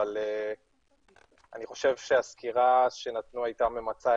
אבל אני חושב שהסקירה שהם נתנו הייתה ממצה,